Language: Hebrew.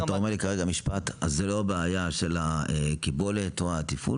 אתה אומר לי כרגע משפט אז זה לא בעיה של קיבולת או תפעול,